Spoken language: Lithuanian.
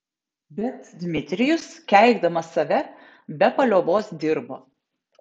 bet dmitrijus keikdamas save be paliovos dirbo